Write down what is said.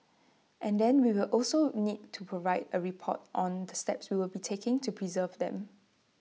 and then we will also need to provide A report on the steps we will be taking to preserve them